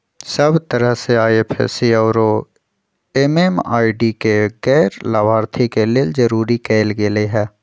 सब तरह से आई.एफ.एस.सी आउरो एम.एम.आई.डी के गैर लाभार्थी के लेल जरूरी कएल गेलई ह